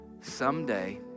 Someday